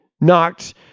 knocked